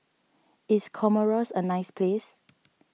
is Comoros a nice place